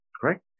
correct